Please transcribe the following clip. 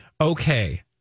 Okay